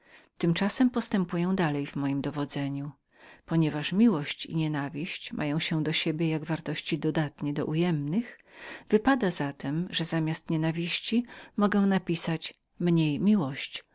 tymczasem postępuję dalej w mojem dowodzeniu panieważponieważ więc miłość i nienawiść mają się do siebie zupełnie jako wartości dodatne do odjemnych wypada zatem że zamiast nienawiści mogę napisać mniej miłość